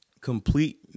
complete